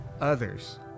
others